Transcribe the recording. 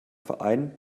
verein